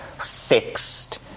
fixed